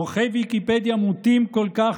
עורכי ויקיפדיה מוטים כל כך,